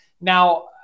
Now